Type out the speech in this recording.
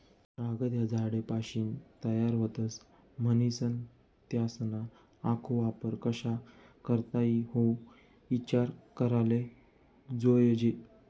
कागद ह्या झाडेसपाशीन तयार व्हतस, म्हनीसन त्यासना आखो वापर कशा करता ई हाऊ ईचार कराले जोयजे